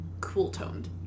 cool-toned